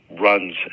runs